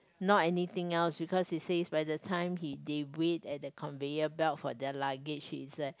not anything else because he says by the time he they wait at the conveyor belt for their luggage it's like